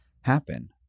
happen